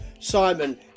Simon